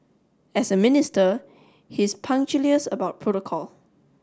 as a minister he's punctilious about protocol